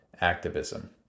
activism